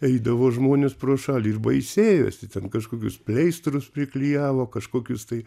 eidavo žmonės pro šalį ir baisėjosi ten kažkokius pleistrus priklijavo kažkokius tai